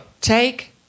Take